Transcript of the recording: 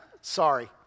sorry